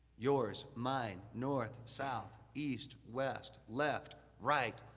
yours, mine, north, south, east, west, left, right,